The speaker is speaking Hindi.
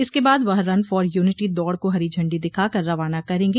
इसके बाद वह रन फॉर यूनिटी दौड़ को हरी झंडो दिखा कर रवाना करेंगे